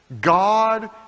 God